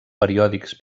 periòdics